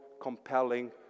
compelling